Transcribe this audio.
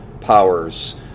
powers